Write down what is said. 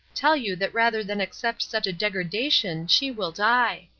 tell you that rather than accept such a degradation she will die.